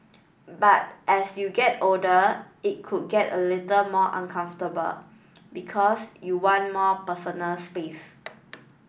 but as you get older it could get a little more uncomfortable because you want more personal space